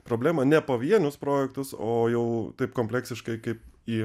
problemą ne pavienius projektus o jau taip kompleksiškai kaip į